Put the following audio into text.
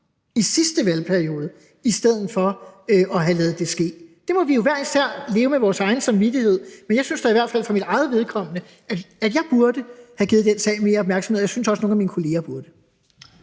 i sidste valgperiode i stedet for at have ladet det ske. Der må vi jo hver især leve med vores egen samvittighed, men jeg synes da i hvert fald for mit eget vedkommende, at jeg burde have givet den sag mere opmærksomhed, og jeg synes også, at nogle af mine kolleger burde.